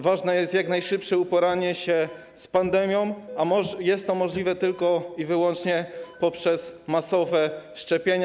Ważne jest jak najszybsze uporanie się z pandemią, a jest to możliwe tylko i wyłącznie poprzez masowe szczepienia.